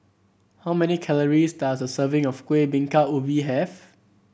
how many calories does a serving of Kueh Bingka Ubi have